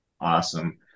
Awesome